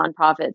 nonprofits